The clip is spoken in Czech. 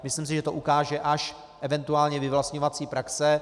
Myslím si, že to ukáže až eventuální vyvlastňovací praxe.